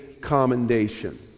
commendation